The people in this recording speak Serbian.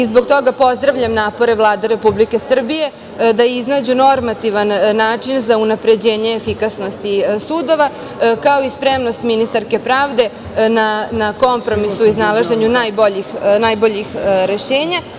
Zbog toga pozdravljam napore Vlade Republike Srbije da iznađu normativan način za unapređenje efikasnosti sudova, kao i spremnost ministarke pravde na kompromis u iznalaženju najboljih rešenja.